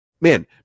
Man